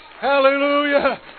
Hallelujah